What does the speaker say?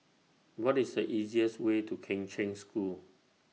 What IS The easiest Way to Kheng Cheng School